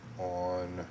on